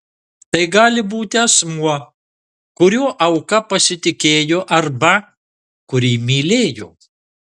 tai gali būti asmuo kuriuo auka pasitikėjo arba kurį mylėjo